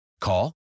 Call